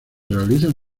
realizan